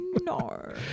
No